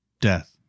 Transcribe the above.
death